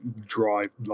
drive